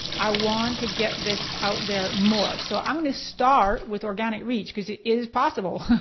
i want to get this out there more. so i want to start with organic reach, because it is possible.